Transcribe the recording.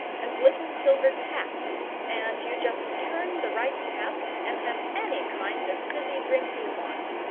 and little silver taps and you just turn the right tap, and have any kind of fizzy drink you want.